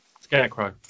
Scarecrow